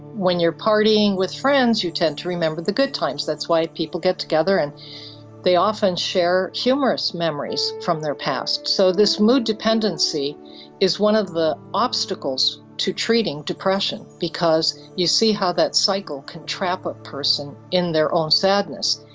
when you're partying with friends you tend to remember the good times, that's why people get together and they often share humorous memories from their past. so this mood dependency is one of the obstacles to treating depression because you see how that cycle can trap a person in their own sadness.